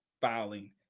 filing